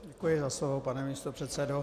Děkuji za slovo, pane místopředsedo.